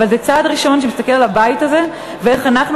אבל זה צעד ראשון שמסתכל על הבית הזה ואיך אנחנו